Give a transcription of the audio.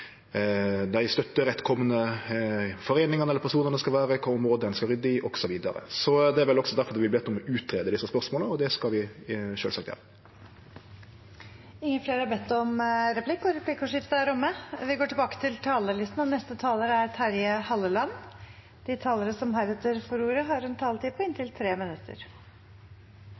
dei støtterettkomne foreiningane eller personane skal vere, kva område ein skal rydde i, osv. Det er vel også difor vi vert bedt om å greie ut desse spørsmåla, og det skal vi sjølvsagt gjere. Replikkordskiftet er omme. De talerne som heretter får ordet, har også en taletid på inntil 3 minutter. Vi har fått høre at dette er en flott debatt, og at det er